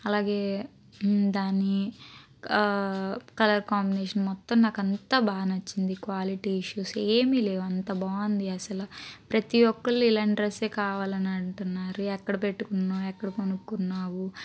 అలాగే దాని colour combination మొత్తం నాకంతా బాగా నచ్చింది క్వాలిటీ ఇష్యూస్ ఏమీ లేవు అంత బాగుంది అసలు ప్రతి ఒక్కరు ఇలాంటి డ్రస్సే కావాలి అని అంటున్నారు ఎక్కడ పెట్టుకున్నావు ఎక్కడ కొనుక్కున్నావు